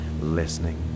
listening